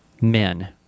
men